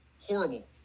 Horrible